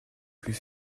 plus